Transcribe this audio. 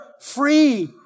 free